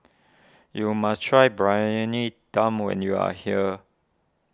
you must try Briyani Dum when you are here